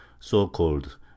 so-called